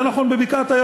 זה נכון בבקעת-הירדן.